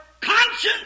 conscience